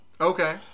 Okay